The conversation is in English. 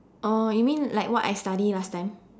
uh you mean like what I study last time